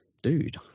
Dude